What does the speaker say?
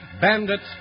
Bandits